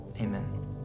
Amen